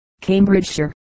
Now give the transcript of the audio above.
Cambridgeshire